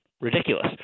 ridiculous